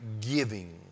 giving